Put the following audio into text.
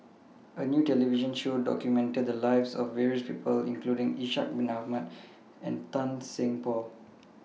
A New television Show documented The Lives of various People including Ishak Bin Ahmad and Tan Seng Poh